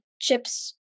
chips